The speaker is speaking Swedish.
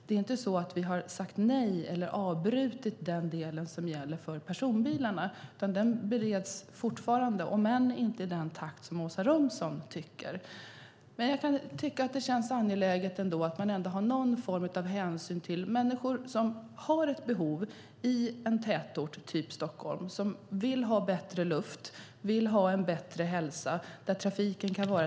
Vi har inte sagt nej eller avbrutit den del som gäller för personbilarna, utan den bereds fortfarande - om än inte i den takt som Åsa Romson tycker vore bra. Jag kan tycka att det känns angeläget att man tar någon form av hänsyn till människor som har behov av bil i en tätort - typ Stockholm, där trafiken kan vara ett problem - och som vill ha bättre luft och bättre hälsa.